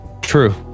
true